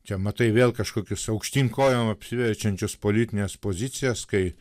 čia matai vėl kažkokius aukštyn kojom apsiverčiančius politines pozicijas kai